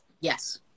Yes